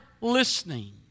listening